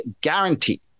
guarantee